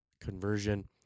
conversion